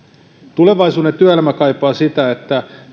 tulevaisuuden työelämä kaipaa sitä että